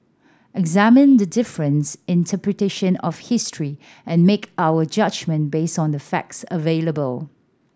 examine the difference interpretation of history and make our judgement based on the facts available